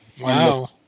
Wow